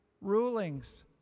rulings